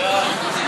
ההצעה